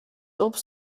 obst